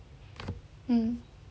mm